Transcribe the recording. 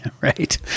Right